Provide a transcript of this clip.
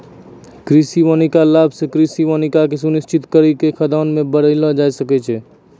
कृषि वानिकी लाभ से कृषि वानिकी के सुनिश्रित करी के खाद्यान्न के बड़ैलो जाय छै